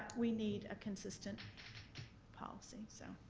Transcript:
we need a consistent policy. so